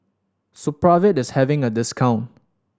supravit is having a discount